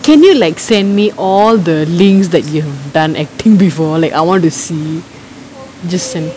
can you like send me all the links that you've done acting before like I want to see just send